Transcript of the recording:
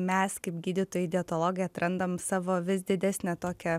mes kaip gydytojai dietologai atrandam savo vis didesnę tokią